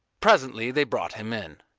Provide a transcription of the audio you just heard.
presently they brought him in.